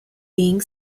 being